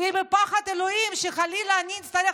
והיא בפחד אלוהים שחלילה אני אצטרך